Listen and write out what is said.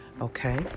okay